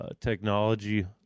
technology